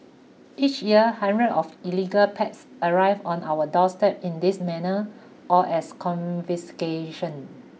each year of illegal pets arrive on our doorstep in this manner or as confiscations